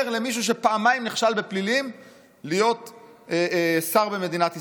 למישהו שפעמיים נכשל בפלילים להיות שר במדינת ישראל.